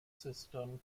system